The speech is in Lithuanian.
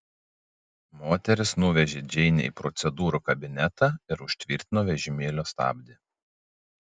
moteris nuvežė džeinę į procedūrų kabinetą ir užtvirtino vežimėlio stabdį